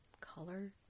color